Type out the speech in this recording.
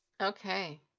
Okay